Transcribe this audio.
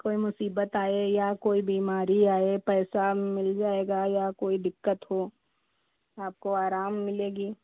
कोई मुसीबत आए या कोई बीमारी आए पैसा मिल जाएगा या कोई दिक्कत हो आपको आराम मिलेगी